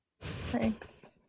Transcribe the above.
Thanks